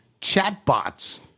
chatbots